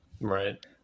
Right